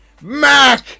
Mac